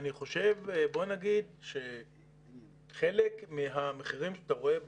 אני חושב שחלק מהמחירים שאתה רואה ברשתות,